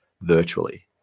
virtually